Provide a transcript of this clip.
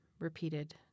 repeated